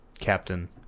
captain